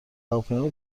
هواپیما